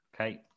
Okay